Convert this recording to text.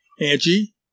angie